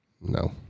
No